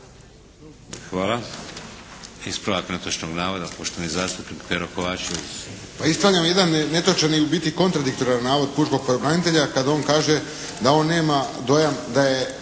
Hvala. Ispravak netočnog navoda, poštovani zastupnik Pero Kovačević. **Kovačević, Pero (HSP)** Pa ispravljam jedan netočan i u biti kontradiktoran navod pučkog pravobranitelja kad kaže da on nema dojam da je